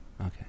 Okay